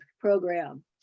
program